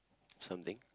something